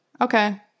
Okay